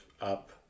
up